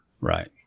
Right